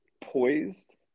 poised